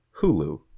Hulu